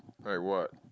like what